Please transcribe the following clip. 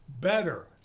better